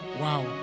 Wow